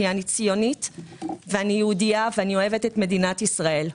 כי אני ציונית ואני יהודייה ואני אוהבת את מדינת ישראל.